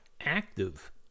active